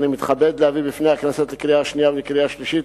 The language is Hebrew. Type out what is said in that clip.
אני מתכבד להביא בפני הכנסת לקריאה שנייה ולקריאה שלישית